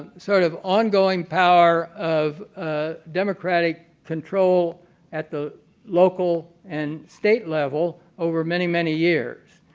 sort of ongoing power of ah democratic control at the local and state level over many, many years.